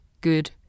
good